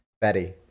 Betty